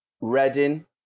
Reading